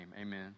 amen